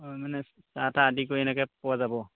হয় মানে চাহ তাহ আদি কৰি এনেকৈ পোৱা যাব